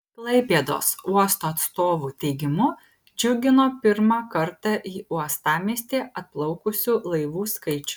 klaipėdos uosto atstovų teigimu džiugino pirmą kartą į uostamiestį atplaukusių laivų skaičius